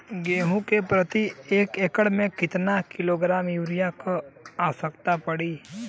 गेहूँ के प्रति एक एकड़ में कितना किलोग्राम युरिया क आवश्यकता पड़ी?